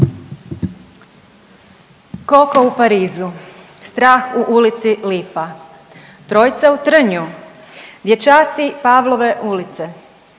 Koko u Parizu, Strah u Ulici lipa, Trojica u Trnju, Dječaci Pavlove ulice,